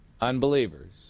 Unbelievers